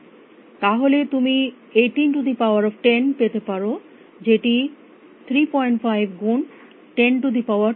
তাহলে তুমি 1810 পেতে পারো যেটি 35 গুণ 1012 হয়ে যায়